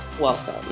Welcome